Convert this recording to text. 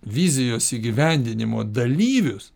vizijos įgyvendinimo dalyvius